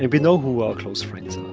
and we know who our close friends are,